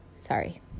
Sorry